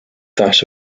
that